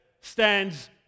stands